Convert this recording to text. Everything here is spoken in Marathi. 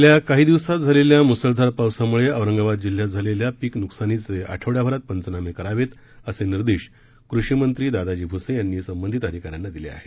गेल्या काही दिवसांमधे झालेल्या मुसळधार पावसामुळे औरंगाबाद जिल्ह्यात झालेल्या पिक नुकसानीचे आठवड्याभरात पंचनामे करावेत असे निर्देश कृषीमंत्री दादाजी भुसे यांनी संबंधित अधिकाऱ्यांना दिले आहेत